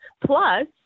plus